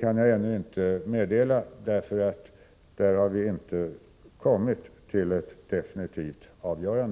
kan jag ännu inte redovisa, därför att vi där inte kommit till ett definitivt avgörande.